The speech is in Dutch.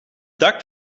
dak